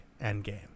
Endgame